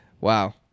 wow